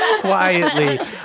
quietly